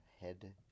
head